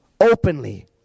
openly